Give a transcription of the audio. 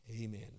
Amen